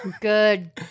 Good